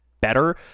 better